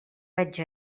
veig